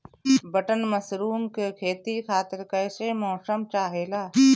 Button mushroom के खेती खातिर कईसे मौसम चाहिला?